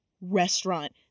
restaurant